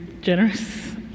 generous